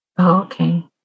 okay